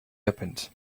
opened